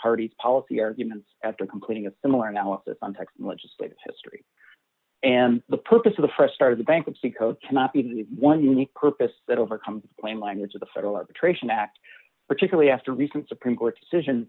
party's policy arguments after completing a similar analysis on texas legislative history and the purpose of the st part of the bankruptcy code cannot be one unique purpose that overcomes plain language of the federal arbitration act particularly after recent supreme court decision